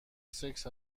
سکس